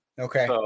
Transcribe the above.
Okay